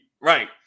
right